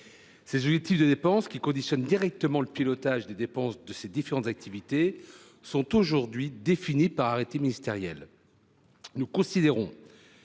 sous objectifs de dépenses, qui conditionnent directement le pilotage des dépenses de ces différentes activités, sont aujourd’hui définis par arrêtés ministériels. Nous considérons